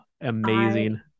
amazing